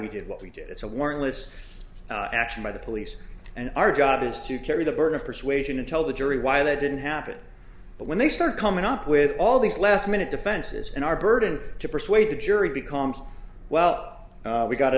we did what we did it's a warrantless action by the police and our job is to carry the burden of persuasion and tell the jury why that didn't happen but when they start coming up with all these last minute defenses and our burden to persuade the jury becomes well we've got